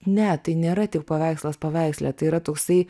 ne tai nėra tik paveikslas paveiksle tai yra toksai